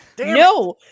No